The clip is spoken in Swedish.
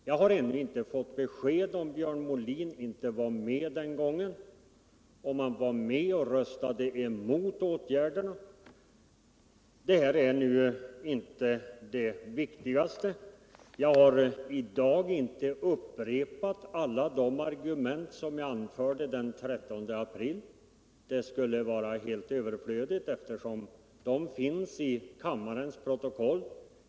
Jag har ännu inte fått besked om huruvida Björn Molin inte var med den gången och röstade emot åtgärderna. Det här är nu inte det viktigaste. Jag har i dag inte upprepat alla de argument som jag anförde den 13 april, det skulle vara helt överflödigt, eftersom de finns i kammarens protokoll.